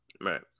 Right